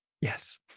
Yes